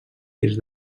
dies